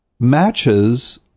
Matches